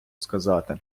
сказати